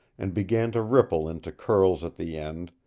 and began to ripple into curls at the end,